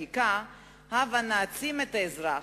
הבה נעצים את האזרח,